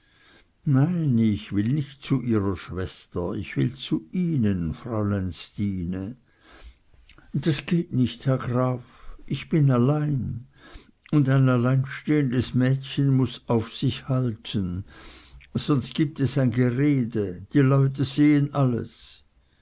nein ich will nicht zu ihrer schwester ich will zu ihnen fräulein stine das geht nicht herr graf ich bin allein und ein alleinstehendes mädchen muß auf sich halten sonst gibt es ein gerede die leute sehen alles